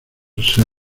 sir